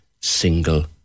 single